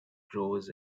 growers